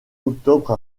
octobre